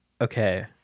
okay